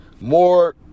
More